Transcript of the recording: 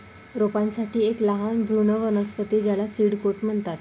रोपांसाठी एक लहान भ्रूण वनस्पती ज्याला सीड कोट म्हणतात